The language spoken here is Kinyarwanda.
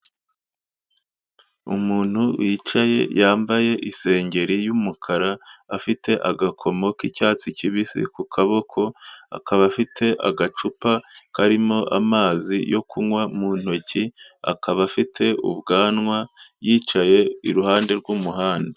Umuntu wicaye yambaye isengeri y'umukara, afite agakomo k'icyatsi kibisi ku kaboko, akaba afite agacupa karimo amazi yo kunywa mu ntoki, akaba afite ubwanwa, yicaye iruhande rw'umuhanda.